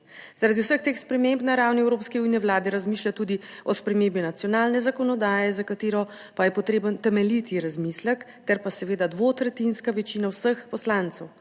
Zaradi vseh teh sprememb na ravni Evropske unije Vlada razmišlja tudi o spremembi nacionalne zakonodaje, za katero pa je potreben temeljit razmislek ter pa seveda dvotretjinska večina vseh poslancev.